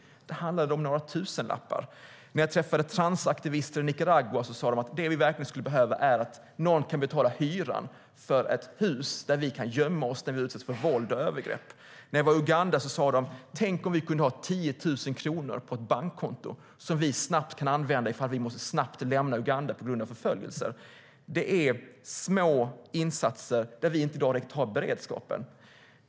Det handlar om några tusenlappar. När jag träffade transaktivister i Nicaragua sade de att det som de verkligen skulle behöva är att någon kan betala hyran för ett hus där de kan gömma sig när de utsätts för våld och övergrepp. När jag var i Uganda sade de att de skulle vilja ha 10 000 kronor på ett bankkonto som de kan använda om de snabbt måste lämna Uganda på grund av förföljelser. Det handlar alltså om små insatser där vi i dag inte riktigt har beredskap.